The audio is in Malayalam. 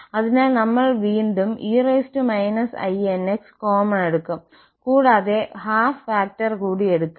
അതിനാൽ നമ്മൾ വീണ്ടും e inx കോമൺ എടുക്കും കൂടാതെ 12 ഫാക്ടർ കൂടി എടുക്കും